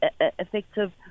effective